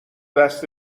دست